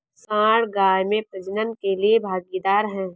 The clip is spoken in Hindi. सांड गाय में प्रजनन के लिए भागीदार है